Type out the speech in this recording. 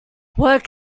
work